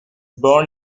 born